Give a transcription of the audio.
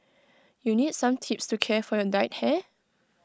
you need some tips to care for your dyed hair